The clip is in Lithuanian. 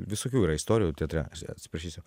visokių yra istorijų teatre atsiprašysiu